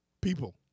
People